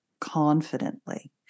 confidently